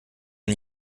ein